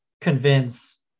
convince